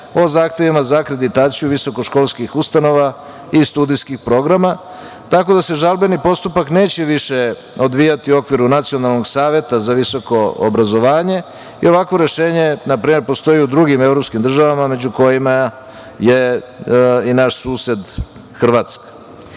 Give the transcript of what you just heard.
o zahtevima za akreditaciju visokoškolskih ustanova i studijskih programa, tako da se žalbeni postupak neće više odvijati u okviru Nacionalnog saveta za visoko obrazovanje i ovakvo rešenje na primer postoji u drugim evropskim državama među kojima je i naš sused Hrvatska. Smatram